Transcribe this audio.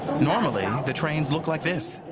normally, the trains look like this!